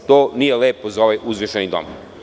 To nije lepo za ovaj uzvišeni dom.